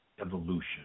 evolution